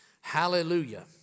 Hallelujah